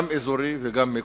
גם אזורי וגם מקומי.